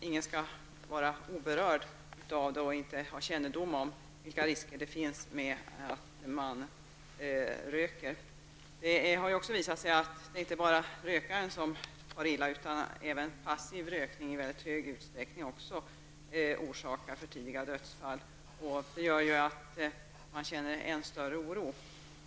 Ingen skall vara oberörd i dag och inte ha kännedom om vilka risker det innebär när man röker. Det har visat sig att det inte bara är rökaren som far illa, utan även passiv rökning i mycket stor utsträckning orsakar för tidiga dödsfall. Det gör att man känner än större oro.